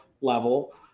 level